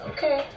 Okay